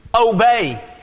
obey